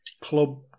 club